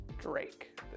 Drake